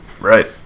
Right